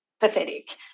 pathetic